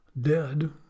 dead